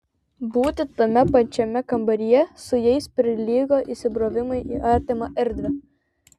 būti tame pačiame kambaryje su jais prilygo įsibrovimui į artimą erdvę